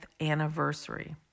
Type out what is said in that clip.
anniversary